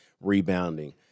rebounding